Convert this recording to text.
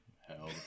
Hell